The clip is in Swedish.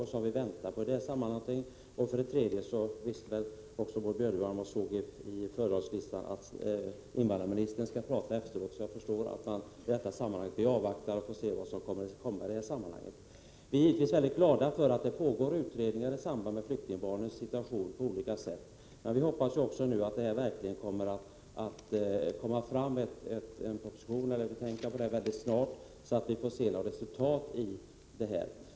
För det tredje ser jag, och det visste Maud Björnemalm, att invandrarministern skall tala efter Maud Björnemalm, varför vi kan avvakta och se vad invandrarministern har att komma med. Vi är naturligtvis glada över att det pågår utredningar om flyktingbarnens situation. Vi hoppas att det verkligen kommer en proposition snart och att vi får se resultat.